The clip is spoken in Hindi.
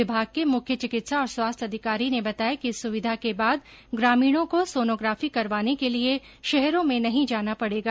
विभाग के मुख्य चिकित्सा और स्वास्थ्य अधिकारी ने बताया कि इस सुविधा के बाद ग्रामीणों को सोनोग्राफी करवाने के लिए शहरों में नहीं जाना पड़ेगा